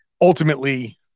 ultimately